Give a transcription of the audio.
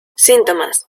síntomas